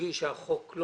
מרגיש שהחוק לא